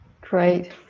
Great